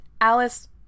Alice